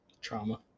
trauma